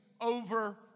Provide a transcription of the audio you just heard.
over